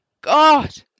God